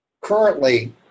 currently